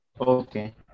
Okay